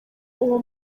uwo